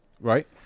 right